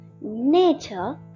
nature